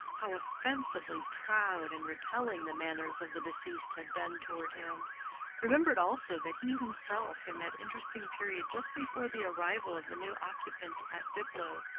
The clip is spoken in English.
how offensively proud and repelling the manners of the deceased had been toward him remembered also that he himself, in that interesting period just before the arrival of the new occupant at diplow,